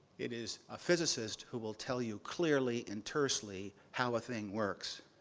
it is a physicist who will tell you clearly and tersely how a thing works,